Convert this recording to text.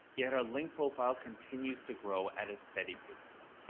yet our link profile continues to grow at a steady pace.